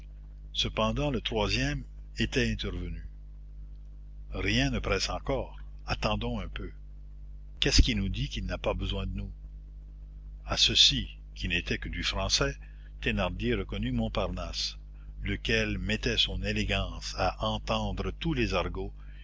cependant le troisième était intervenu rien ne presse encore attendons un peu qu'est-ce qui nous dit qu'il n'a pas besoin de nous à ceci qui n'était que du français thénardier reconnut montparnasse lequel mettait son élégance à entendre tous les argots